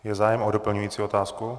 Je zájem o doplňující otázku?